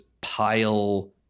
pile